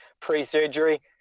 pre-surgery